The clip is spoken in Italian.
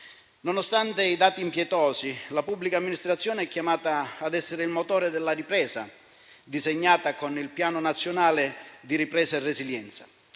Nonostante i dati impietosi, la pubblica amministrazione è chiamata ad essere il motore della ripresa disegnata con il Piano nazionale di ripresa e resilienza.